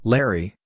Larry